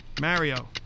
Mario